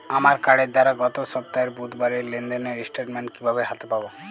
আমার কার্ডের দ্বারা গত সপ্তাহের বুধবারের লেনদেনের স্টেটমেন্ট কীভাবে হাতে পাব?